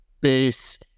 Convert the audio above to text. base